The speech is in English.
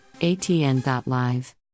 ATN.Live